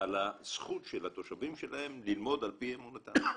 על הזכות של התושבים שלהם ללמוד על פי אמונתם.